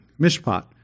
Mishpat